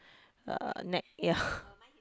uh neck yeah